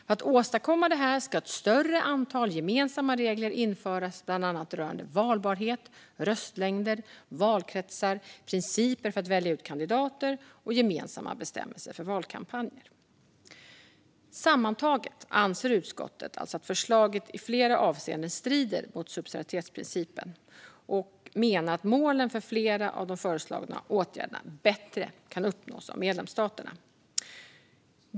För att åstadkomma detta ska ett större antal gemensamma regler införas, bland annat rörande valbarhet, röstlängder, valkretsar, principer för att välja ut kandidater samt valkampanjer. Sammantaget anser utskottet alltså att förslaget i flera avseenden strider mot subsidiaritetsprincipen. Utskottet menar att målen för flera av de föreslagna åtgärderna bättre kan uppnås av medlemsstaterna.